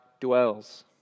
dwells